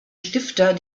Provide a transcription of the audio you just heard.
stifter